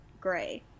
gray